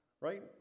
Right